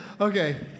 Okay